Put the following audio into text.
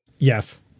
Yes